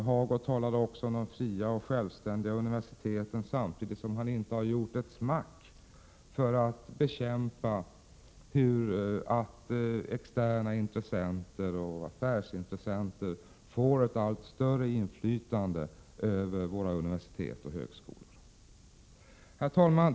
Hagård talade också om de fria och självständiga universiteten, samtidigt som han inte har gjort ett smack för att bekämpa förhållandet att externa intressenter och affärsintressen får ett allt större inflytande över våra universitet och högskolor. Herr talman!